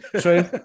true